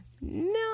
No